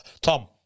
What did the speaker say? Tom